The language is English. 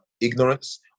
ignorance